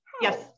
Yes